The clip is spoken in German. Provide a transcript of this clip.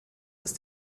ist